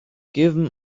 given